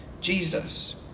Jesus